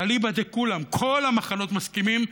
אליבא דכולם, כל המחנות מסכימים: